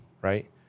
right